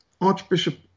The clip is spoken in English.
Archbishop